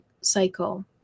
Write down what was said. cycle